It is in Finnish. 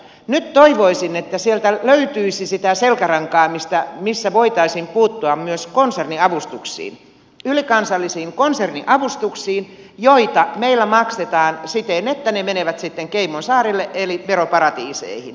nyt toivoisin että sieltä löytyisi sitä selkärankaa millä voitaisiin puuttua myös konserniavustuksiin ylikansallisiin konserniavustuksiin joita meillä maksetaan siten että ne menevät caymansaarille eli veroparatiiseihin